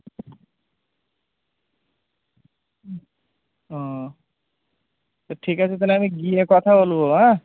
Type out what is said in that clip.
ও ঠিক আছে তাহলে আমি গিয়ে কথা বলবো হ্যাঁ